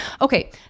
Okay